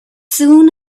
soon